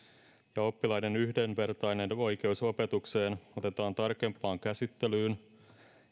ja oppilaiden yhdenvertainen oikeus opetukseen otetaan tarkempaan käsittelyyn